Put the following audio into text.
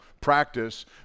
practice